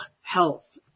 health